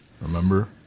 Remember